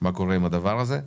מה קורה עם הדבר הזה.